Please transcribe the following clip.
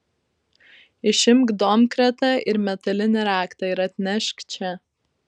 išimk domkratą ir metalinį raktą ir atnešk čia